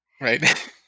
Right